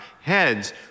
heads